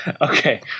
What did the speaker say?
Okay